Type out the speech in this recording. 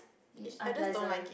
it~ unpleasant